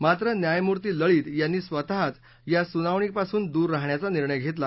मात्र न्यायमूर्ती लळित यांनी स्वतःच या सुनावणीपासून दूर राहण्याचा निर्णय घेतला